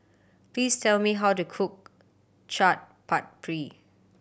please tell me how to cook Chaat Papri